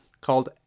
called